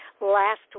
last